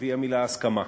והיא המילה הסכמה,